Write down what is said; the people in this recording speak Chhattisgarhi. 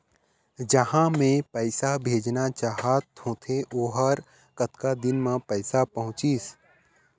जहां मैं पैसा भेजना चाहत होथे ओहर कतका दिन मा पैसा पहुंचिस?